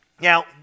Now